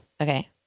Okay